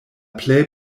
plej